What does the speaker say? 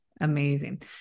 Amazing